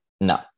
No